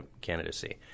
candidacy